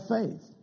faith